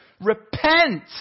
Repent